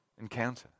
encounter